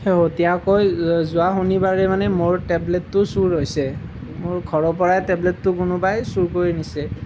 শেহতীয়াকৈ যোৱা শনিবাৰে মানে মোৰ টেবলেটটো চুৰ হৈছে মোৰ ঘৰৰ পৰাই টেবলেটটো কোনোবাই চুৰ কৰি নিছে